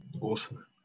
Awesome